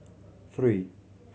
three